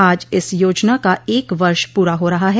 आज इस योजना का एक वर्ष पूरा हो रहा है